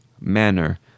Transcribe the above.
Manner